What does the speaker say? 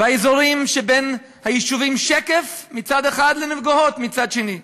באזורים שבין היישובים שקף מצד אחד ונגוהות מצד שני,